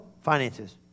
Finances